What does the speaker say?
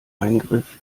eingriff